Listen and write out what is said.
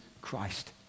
Christ